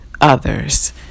others